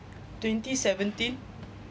twenty seventeen